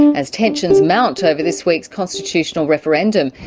as tensions amount over this week's constitutional referendum.